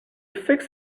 fix